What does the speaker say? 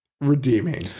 redeeming